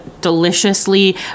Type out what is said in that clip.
deliciously